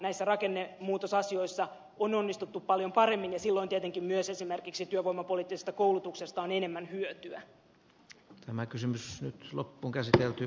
näissä rakennemuutosasioissa on onnistuttu paljon paremmin ja silloin tietenkin myös esimerkiksi työvoimapoliittisesta koulutuksesta on enemmän hyötyä